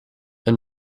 een